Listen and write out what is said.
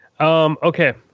Okay